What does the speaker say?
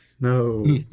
No